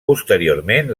posteriorment